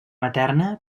materna